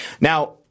Now